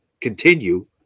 continue